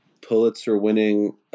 Pulitzer-winning